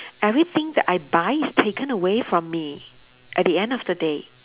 everything that I buy is taken away from me at the end of the day